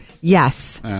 Yes